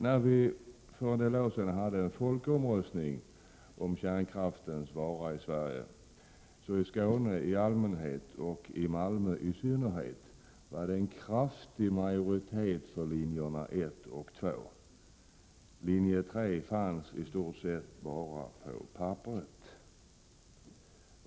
När vi för några år sedan hade en folkomröstning om kärnkraftens vara eller icke vara i Sverige fanns det en kraftig majoritet i Skåne i allmänhet och i Malmö i synnerhet för linjerna 1 och 2. Linje 3 fanns i stort sett bara på papperet.